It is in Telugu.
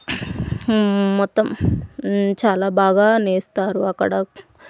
మొత్తం చాలా బాగా నేస్తారు అక్కడ